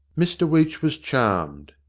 mr weech was charmed.